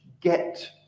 get